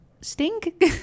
stink